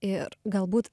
ir galbūt